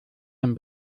den